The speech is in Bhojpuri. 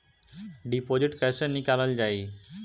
डिपोजिट कैसे निकालल जाइ?